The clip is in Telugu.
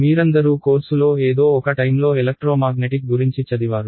మీరందరూ కోర్సులో ఏదో ఒక టైంలో ఎలక్ట్రోమాగ్నెటిక్ గురించి చదివారు